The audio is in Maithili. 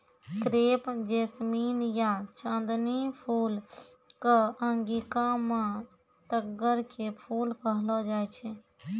क्रेप जैसमिन या चांदनी फूल कॅ अंगिका मॅ तग्गड़ के फूल कहलो जाय छै